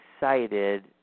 excited